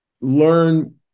learn